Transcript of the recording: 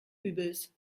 übels